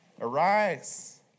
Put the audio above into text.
Arise